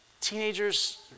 teenagers